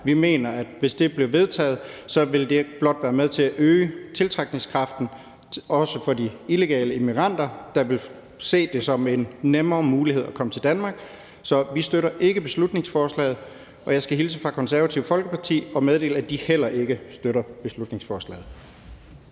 Vi mener, at hvis det blev vedtaget, ville det blot være med til at øge tiltrækningskraften, også for de illegale immigranter, som ville se det som en nemmere mulighed for at komme til Danmark. Så vi støtter ikke beslutningsforslaget, og jeg skal hilse fra Det Konservative Folkeparti og meddele, at de heller ikke støtter beslutningsforslaget.